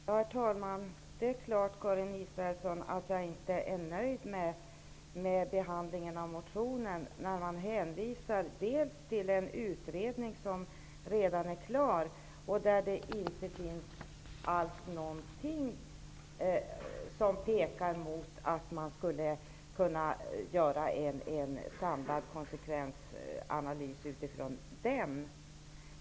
Herr talman! Det är klart att jag inte är nöjd med behandlingen av motionen. Man hänvisar dels till en utredning som redan är klar och där det inte finns någonting som pekar på att man skulle kunna göra en samlad konsekvensanalys utifrån den.